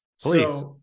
Please